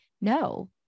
no